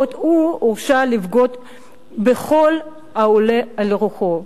בעוד הוא הורשה לבגוד ככל העולה על רוחו.